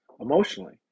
emotionally